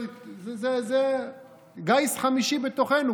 זה גיס חמישי בתוכנו.